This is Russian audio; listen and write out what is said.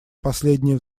последнее